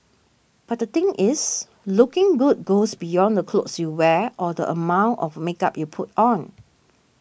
but the thing is looking good goes beyond the clothes you wear or the amount of makeup you put on